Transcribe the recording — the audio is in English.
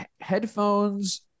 headphones